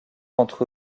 entre